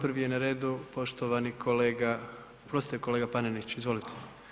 Prvi je na redu poštovani kolega, oprostite, kolega Panenić, izvolite.